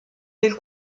del